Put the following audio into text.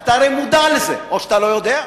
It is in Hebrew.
אתה הרי מודע לזה, או שאתה לא יודע.